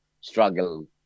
struggle